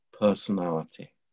personality